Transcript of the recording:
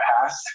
past